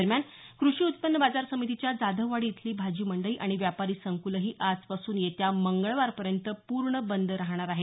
दरम्यान क्रषी उत्पन्न बाजार समितीच्या जाधववाडी इथली भाजी मंडई आणि व्यापारी संकूलंही आजपासून येत्या मंगळवारपर्यंत पूर्ण बंद रहाणार आहेत